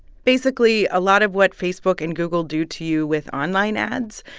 basically, a lot of what facebook and google do to you with online ads,